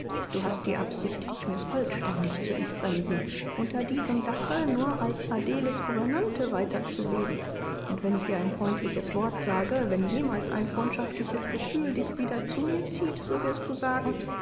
du hast die absicht dich mir vollständig zu entfremden unter diesem dache nur als adeles gouvernante weiter zu leben und wenn ich dir ein freundliches wort sage wenn jemals ein freundschaftliches gefühl dich wieder zu mir zieht so wirst du sagen